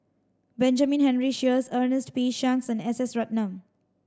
Benjamin Henry Sheares Ernest P Shanks and S S Ratnam